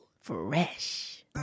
fresh